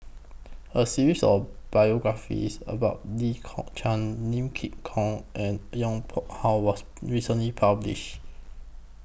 A series of biographies about Lee Kong Chian Lim Kok Ann and Yong Pung How was recently published